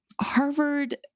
Harvard